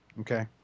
okay